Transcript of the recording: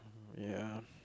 ya